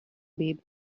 bib